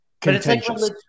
Contentious